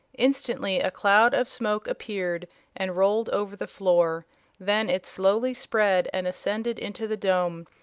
instantly a cloud of smoke appeared and rolled over the floor then it slowly spread and ascended into the dome,